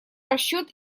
расчет